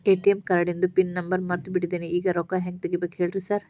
ATM ಕಾರ್ಡಿಂದು pin number ಮರ್ತ್ ಬಿಟ್ಟಿದೇನಿ ಈಗ ರೊಕ್ಕಾ ಹೆಂಗ್ ತೆಗೆಬೇಕು ಹೇಳ್ರಿ ಸಾರ್